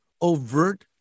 overt